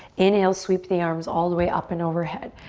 inhale sweep the arms all the way up and over head.